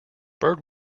bird